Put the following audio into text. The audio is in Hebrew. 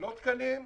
לא תקנים?